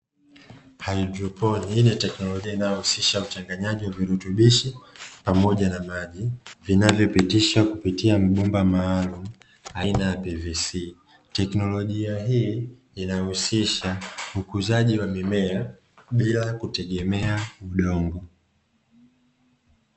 Haidroponi; hii ni teknolojia inayohusisha uchanganyaji wa virutubishi pamoja na maji, vinavyopitishwa kupitia mabomba maalumu aina ya ''PVC''. Teknolojia hii inahusisha ukuzaji wa mimea, bila kutegemea udongo.